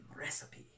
recipe